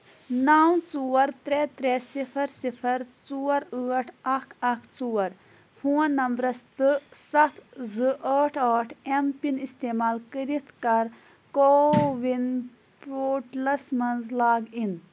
نو ژور ترٛےٚ ترٛےٚ صِفر صِفر ژور ٲٹھ اکھ اکھ ژور فون نمبرس تہٕ سَتھ زٕ ٲٹھ ٲٹھ ایم پِن استعمال کٔرِتھ کر کووِن پورٹلس مَنٛز لاگ اِن